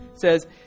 says